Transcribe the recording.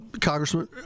Congressman